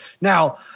Now